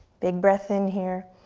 big breath in here,